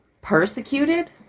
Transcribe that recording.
persecuted